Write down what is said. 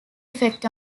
effect